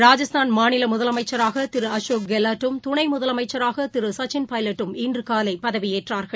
ராஜஸ்தான் மாநில முதலமைச்சராக திரு அசோக் கெலாட்டும் துணை முதலமைச்சராக திரு சச்சின் பைலட்டும் இன்று காலை பதவியேற்றார்கள்